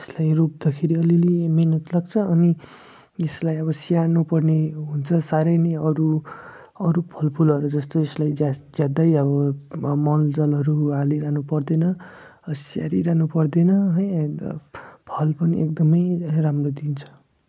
यसलाई रोप्दाखेरि अलिअलि मेहनत लाग्छ अनि यसलाई अब स्याहार्नु पर्ने हुन्छ साह्रै नै अरू अरू फलफुलहरू जस्तो यसलाई ज्यास ज्यादै अब मल जलहरू हालिरहनु पर्दैन स्याहारिरहनु पर्दैन है अन्त फल पनि एकदमै राम्रो दिन्छ